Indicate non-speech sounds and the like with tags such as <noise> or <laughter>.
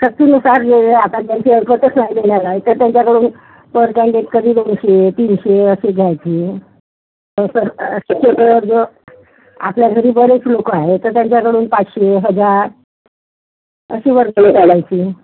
शक्तीनुसार जे जे आता त्यांचे एकत्रच राहिलेले तर त्यांच्याकडून पर काही कधी दोनशे तीनशे असे घ्यायचे <unintelligible> आपल्या घरी बरेच लोकं आहेत तर त्यांच्याकडून पाचशे हजार अशी वर्गणी काढायची